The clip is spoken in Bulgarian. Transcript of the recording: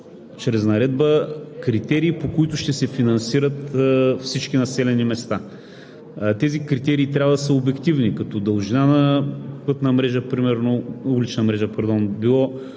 чрез наредба критерии, по които ще се финансират всички населени места. Тези критерии трябва да са обективни като дължина на пътна мрежа примерно